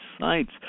sites